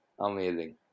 Amazing